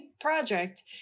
project